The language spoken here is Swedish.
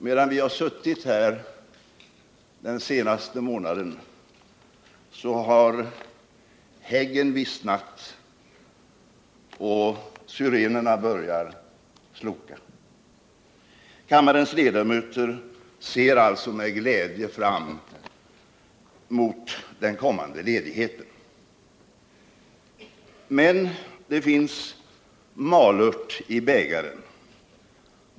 Medan vi har suttit här den senaste månaden har häggen vissnat och syrenerna börjat sloka. Kammarens ledamöter ser alltså med glädje fram mot den kommande ledigheten. Men det finns malört i bägaren.